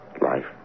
Life